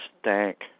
stank